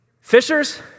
fishers